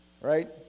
Right